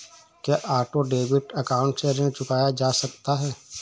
क्या auto debit account से ऋण चुकाया जा सकता है?